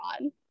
on